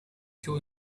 two